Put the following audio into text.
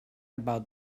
about